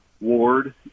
Ward